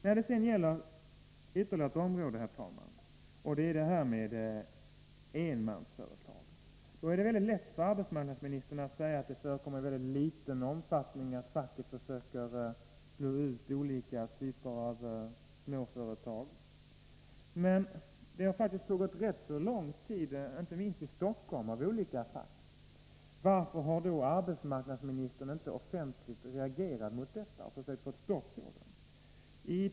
Jag vill ta upp ytterligare ett område, herr talman, och det gäller enmansföretagen. Det är lätt för arbetsmarknadsministern att säga att det förekommer i mycket liten omfattning att facket försöker slå ut olika typer av småföretag. Men detta har faktiskt pågått under rätt lång tid, inte minst i Stockholm, från olika fack. Varför har inte arbetsmarknadsministern offentligt reagerat mot detta och försökt få stopp för det?